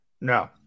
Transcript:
No